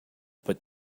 put